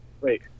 wait